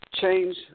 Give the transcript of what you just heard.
Change